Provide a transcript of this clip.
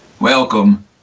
Welcome